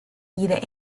either